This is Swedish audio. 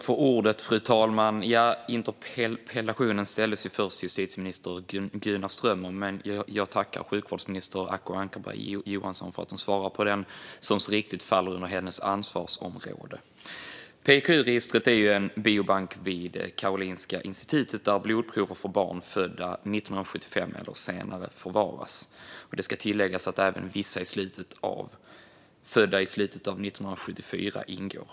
Fru talman! Interpellationen ställdes först till justitieminister Gunnar Strömmer, men jag tackar sjukvårdsminister Acko Ankarberg Johansson för att hon svarar på denna interpellation, som mycket riktigt faller under hennes ansvarsområde. PKU-registret är ju en biobank vid Karolinska institutet, där blodprover för barn födda 1975 eller senare förvaras. Det ska tilläggas att även vissa som är födda i slutet av 1974 ingår.